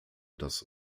das